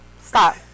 Stop